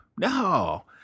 No